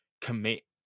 commit